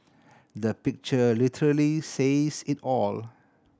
the picture literally says it all